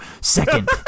Second